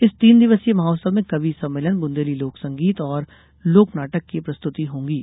इस तीन दिवसीय महोत्सव में कवि सम्मेलन बुंदेली लोक संगीत और लोक नाटक की प्रस्तुति होगीं